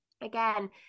again